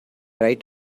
right